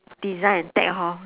design and tech hor